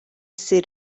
ssir